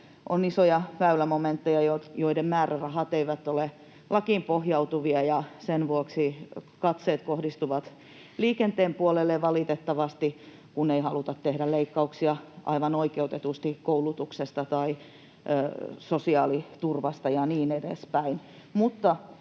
on isoja väylämomentteja, joiden määrärahat eivät ole lakiin pohjautuvia, ja sen vuoksi katseet kohdistuvat valitettavasti liikenteen puolelle, kun ei haluta tehdä leikkauksia aivan oikeutetusti koulutuksesta tai sosiaaliturvasta ja niin edespäin.